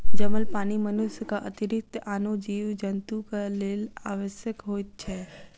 जमल पानि मनुष्यक अतिरिक्त आनो जीव जन्तुक लेल आवश्यक होइत छै